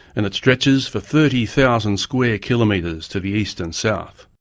and it stretches for thirty thousand square kilometres to the east and south.